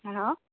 hello